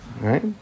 Right